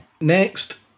next